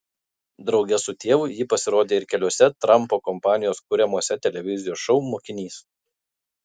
drauge su tėvu ji pasirodė ir keliuose trampo kompanijos kuriamuose televizijos šou mokinys